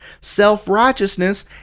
Self-righteousness